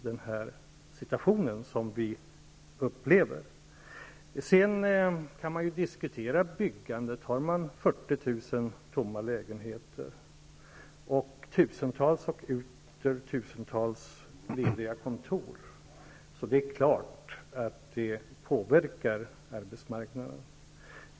Det går att diskutera byggandet. Det är klart att 40 000 tomma lägenheter och tusentals billiga kontor påverkar arbetsmarknaden.